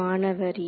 மாணவர் N